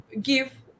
give